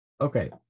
Okay